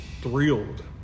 thrilled